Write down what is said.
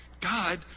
God